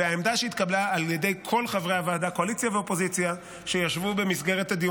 והעמדה שהתקבלה על ידי כל חברי הוועדה שישבו בדיונים,